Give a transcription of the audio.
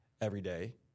everyday